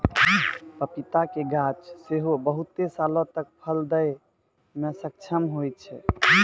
पपीता के गाछ सेहो बहुते सालो तक फल दै मे सक्षम होय छै